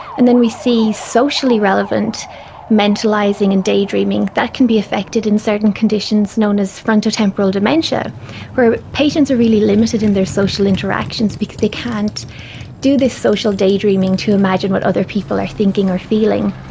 and then we see socially relevant mentalising and daydreaming, that can be affected in certain conditions known as frontal temporal dementia where patients are really limited in their social interactions because they can't do this social daydreaming to imagine what other people are thinking or feeling.